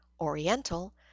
Oriental